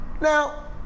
Now